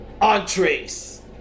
Entrees